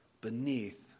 beneath